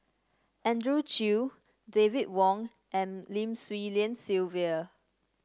Andrew Chew David Wong and Lim Swee Lian Sylvia